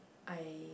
I